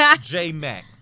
J-Mac